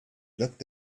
looked